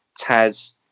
Taz